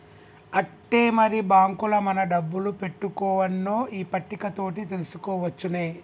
ఆట్టే మరి బాంకుల మన డబ్బులు పెట్టుకోవన్నో ఈ పట్టిక తోటి తెలుసుకోవచ్చునే